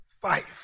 five